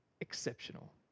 exceptional